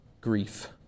grief